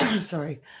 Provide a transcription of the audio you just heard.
Sorry